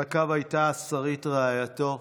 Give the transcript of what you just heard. על הקו הייתה שרית רעייתו,